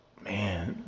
Man